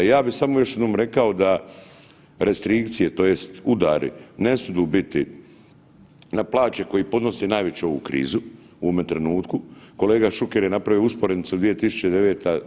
Ja bi samo još jednom rekao da restrikcije tj. udari ne smidu biti na plaće koji podnose najveću ovu krizu u ovome trenutku, kolega Šuker je napravio usporednicu 2009.